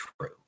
true